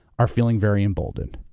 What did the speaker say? are feeling very emboldened.